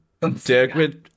Dagwood